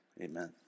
Amen